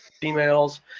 females